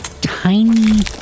Tiny